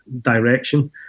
direction